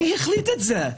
מי החליט את זה?